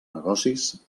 negocis